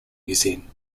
using